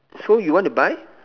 so you want to buy